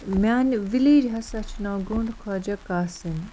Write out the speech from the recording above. میٛانہِ وِلیج ہَسا چھُ ناو گُنٛڈ خواجہ قاسِم